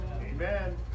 Amen